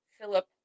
Philip